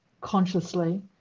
consciously